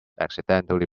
accidentally